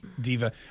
Diva